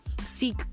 Seek